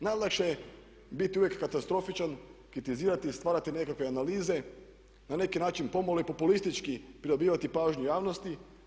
Najlakše je biti uvijek katastrofičan, kritizirati i stvarati nekakve analize na neki način pomalo i populistički pridobivati pažnju javnosti.